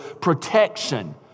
protection